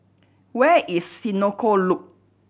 where is Senoko Loop